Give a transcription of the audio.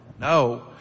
No